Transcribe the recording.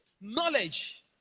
Knowledge